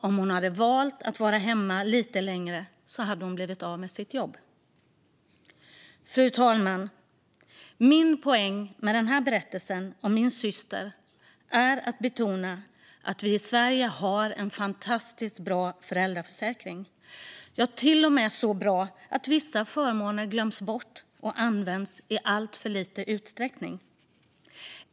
Om hon hade valt att vara hemma lite längre hade hon alltså blivit av med sitt jobb. Fru talman! Min avsikt med denna berättelse om min syster är att betona att vi i Sverige har en fantastiskt bra föräldraförsäkring. Den är till och med så bra att vissa förmåner glöms bort och används i alltför liten utsträckning.